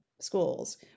schools